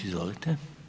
Izvolite.